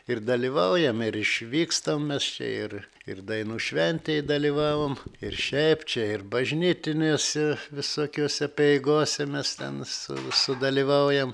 ir dalyvaujam ir išvykstam mes čia ir ir dainų šventėj dalyvavom ir šiaip čia ir bažnytinėse visokiose apeigose mes ten su sudalyvaujam